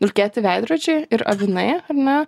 dulkėti veidrodžiai ir avinai ar ne